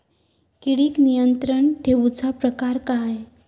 किडिक नियंत्रण ठेवुचा प्रकार काय?